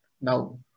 now